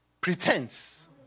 pretense